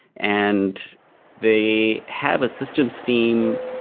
and they have a system steam,